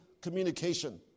communication